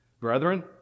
Brethren